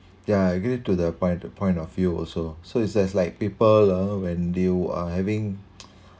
yeah I agree to the point the point of view also so it's just like paper lah when you are having